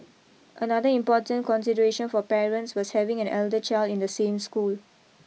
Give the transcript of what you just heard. another important consideration for parents was having an elder child in the same school